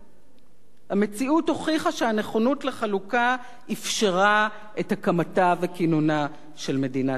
המציאות הוכיחה שהנכונות לחלוקה אפשרה את הקמתה וכינונה של מדינת ישראל.